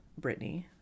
Britney